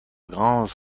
grands